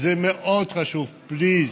אז זה מאוד חשוב, please,